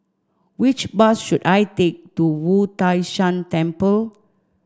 which bus should I take to Wu Tai Shan Temple